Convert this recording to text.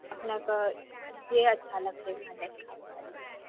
अपनाके जे अच्छा लगतै वहाँ जाके खाओ पाड़ी छै